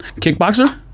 Kickboxer